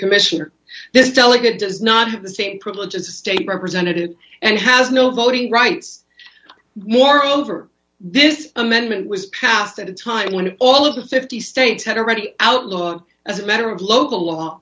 commissioner this delegate does not have the same privilege as a state representative and has no voting rights moreover this amendment was passed at a time when all of the fifty states had already outlaw as a matter of local law